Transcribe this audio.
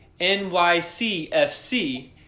NYCFC